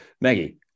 Maggie